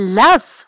love